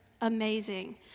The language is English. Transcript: amazing